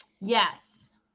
Yes